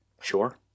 Sure